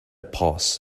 pass